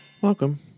Welcome